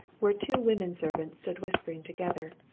where two women servants stood whispering together.